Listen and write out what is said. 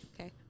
Okay